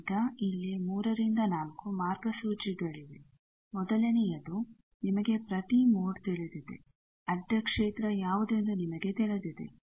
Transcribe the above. ಈಗ ಇಲ್ಲಿ 3 4 ಮಾರ್ಗಸೂಚಿಗಳಿವೆ ಮೊದಲನೆಯದು ನಿಮಗೆ ಪ್ರತಿ ಮೋಡ್ ತಿಳಿದಿದೆ ಅಡ್ಡ ಕ್ಷೇತ್ರ ಯಾವುದೆಂದು ನಿಮಗೆ ತಿಳಿದಿದೆ